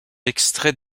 extraits